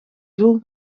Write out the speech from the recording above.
doel